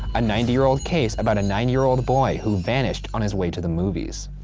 a ninety year old case about a nine year old boy who vanished on his way to the movies.